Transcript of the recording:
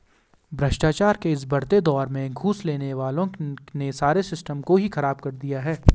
भ्रष्टाचार के इस बढ़ते दौर में घूस लेने वालों ने सारे सिस्टम को ही खराब कर दिया है